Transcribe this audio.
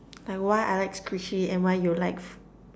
like why I like squishy and why you like